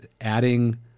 Adding